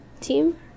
team